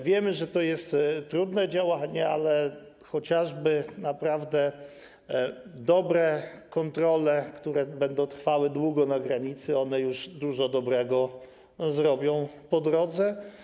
Wiemy, że to jest trudne działanie, ale chociażby naprawdę dobre kontrole, które będą trwały długo na granicy, już dużo dobrego zrobią po drodze.